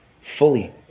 Fully